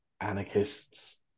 anarchists